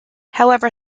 however